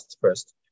first